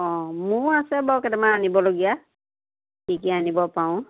অঁ মোৰো আছে বাৰু কেইটামান আনিবলগীয়া কি কি আনিব পাৰোঁ